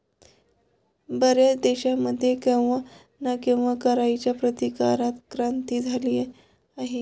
बर्याच देशांमध्ये केव्हा ना केव्हा कराच्या प्रतिकारात क्रांती झाली आहे